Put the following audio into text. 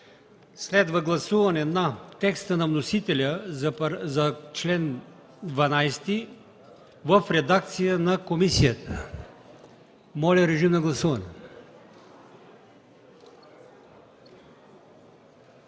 Следва гласуване на текста на вносителя за чл. 8, подкрепен от комисията. Моля, режим на гласуване.